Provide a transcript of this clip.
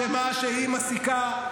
ועדת חקירה.